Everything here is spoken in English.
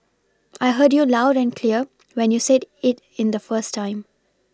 I heard you loud and clear when you said it in the first time